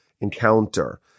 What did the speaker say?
encounter